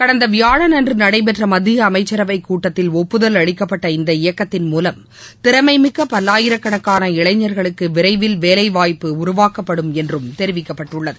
கடந்த வியாழனன்று நடைபெற்ற மத்திய அமைச்சரவை கூட்டத்தில் ஒப்புதல் அளிக்கப்பட்ட இந்த இயக்கத்தின் மூலம் திறமைமிக்க பல்லாயிரக்கணக்கான இளைஞர்களுக்கு விளரவில் வேலலாய்ப்பு உருவாக்கப்படும் என்றும் தெரிவிக்கப்பட்டுள்ளது